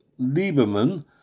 Lieberman